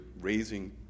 raising